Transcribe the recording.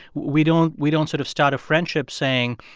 we don't we don't sort of start a friendship saying,